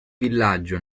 villaggio